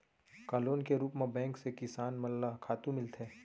का लोन के रूप मा बैंक से किसान मन ला खातू मिलथे?